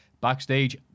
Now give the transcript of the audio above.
Backstage